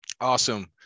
awesome